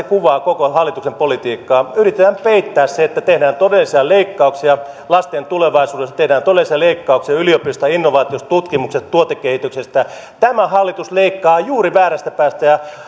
kuvaa koko hallituksen politiikkaa yritetään peittää se että tehdään todellisia leikkauksia lasten tulevaisuudesta tehdään todellisia leikkauksia yliopistoista innovaatioista tutkimuksesta tuotekehityksestä tämä hallitus leikkaa juuri väärästä päästä ja